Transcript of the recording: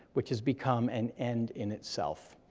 which has become an end in itself.